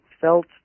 felt